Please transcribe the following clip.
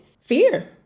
Fear